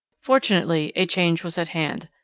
fortunately a change was at hand.